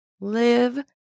Live